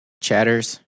chatters